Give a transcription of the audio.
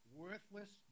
worthless